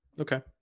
Okay